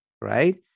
right